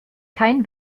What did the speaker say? kein